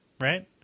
right